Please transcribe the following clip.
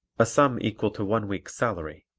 a sum equal to one week's salary,